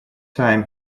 time